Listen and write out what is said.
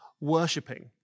worshipping